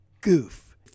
goof